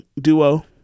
duo